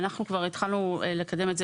אנחנו התחלנו לקדם את זה